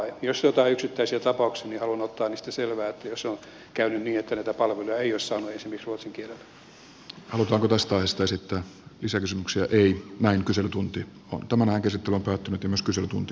jos on joitain yksittäisiä tapauksia niin haluan ottaa niistä selvää jos on käynyt niin että näitä palveluja ei ole saanut esimerkiksi ruotsin kielellä